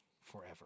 forever